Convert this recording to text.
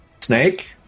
snake